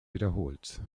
wiederholt